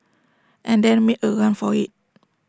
and then make A run for IT